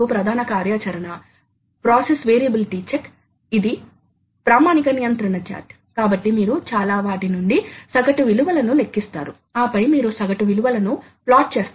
ఉదాహరణకు మాన్యువల్ గా మాత్రమే లేదా చూడవచ్చు మీకు నేపథ్యం ముందుభాగం తెలిసేవుంటుంది కాబట్టి నేపథ్యంలో మీరు సాధారణం గా పనులు చేస్తున్నారు